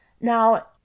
Now